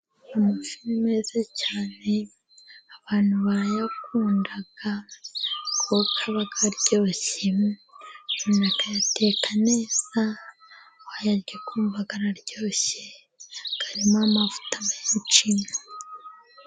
Amafi ni meza cyane abantu barayakunda kuko aba aryoshye, umuntu akayateka neza, wayarya ukumva araryoshye arimo amavuta menshi.